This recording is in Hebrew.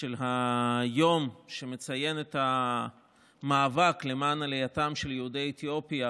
של היום שמציין את המאבק למען עלייתם של יהודי אתיופיה,